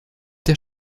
der